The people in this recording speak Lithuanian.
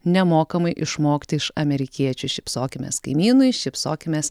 nemokamai išmokti iš amerikiečių šypsokimės kaimynui šypsokimės